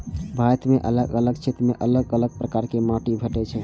भारत मे अलग अलग क्षेत्र मे अलग अलग प्रकारक माटि भेटै छै